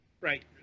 right